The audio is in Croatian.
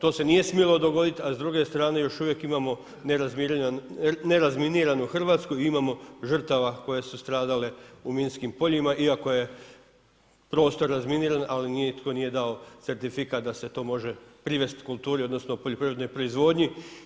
To se nije smjelo dogoditi, a s druge strane još uvijek imamo nerazminiranu Hrvatsku i imamo žrtava koje su stradale u minskim poljima iako je prostor razminiran, ali nitko nije dao certifikat, da se to može privesti kulturi, odnosno, poljoprivrednoj proizvodnji.